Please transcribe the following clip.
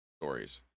stories